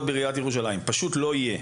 לא יהיה בעיריית ירושלים פשוט לא יהיה.